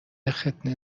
ختنه